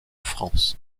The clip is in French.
france